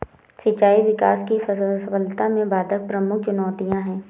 सिंचाई विकास की सफलता में बाधक प्रमुख चुनौतियाँ है